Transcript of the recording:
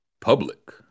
public